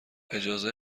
اجازه